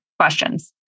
questions